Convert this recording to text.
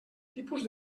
tipus